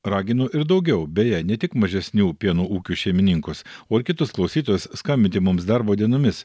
raginu ir daugiau beje ne tik mažesnių pieno ūkių šeimininkus o ir kitus klausytojus skambinti mums darbo dienomis